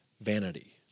vanity